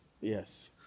Yes